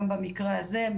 גם במקרה הזה,